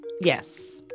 Yes